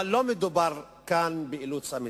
אבל לא מדובר כאן באילוץ אמיתי,